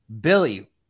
Billy